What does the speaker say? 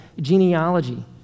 genealogy